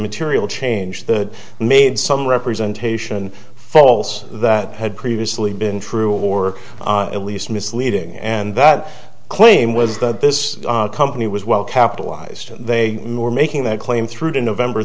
material change the made some representation false that had previously been true or at least misleading and that claim was that this company was well capitalized they were making that claim through to november